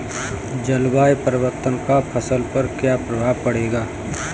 जलवायु परिवर्तन का फसल पर क्या प्रभाव पड़ेगा?